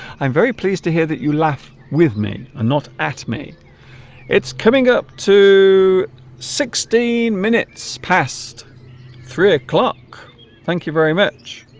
i'm very pleased to hear that you laugh with me and not at me it's coming up to sixteen minutes past three o'clock thank you very much